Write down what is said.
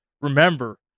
remember